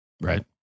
right